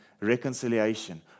reconciliation